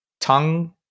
tongue